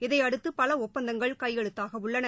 இதை அடுத்து பல ஒப்பந்தங்கள் கையெழுத்தாக உள்ளன